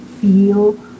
feel